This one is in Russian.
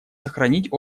сохранить